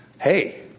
hey